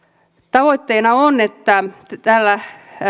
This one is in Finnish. tavoitteena on että tällä